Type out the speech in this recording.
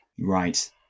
Right